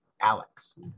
Alex